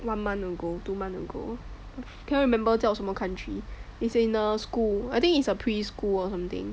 one month ago two month ago can't remember 叫什么 country it's in a school I think it's a preschool or something